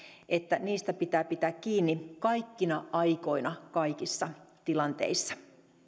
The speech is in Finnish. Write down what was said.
että niistä pitää pitää kiinni kaikkina aikoina kaikissa tilanteissa